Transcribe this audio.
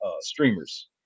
streamers